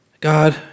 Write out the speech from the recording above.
God